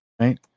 right